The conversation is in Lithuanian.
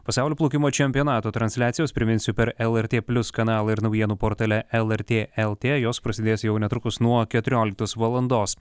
pasaulio plaukimo čempionato transliacijos priminsiu per lrt plius kanalą ir naujienų portale lrt lt jos prasidės jau netrukus nuo keturioliktos valandos